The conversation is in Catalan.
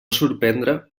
sorprendre